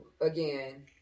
again